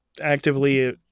actively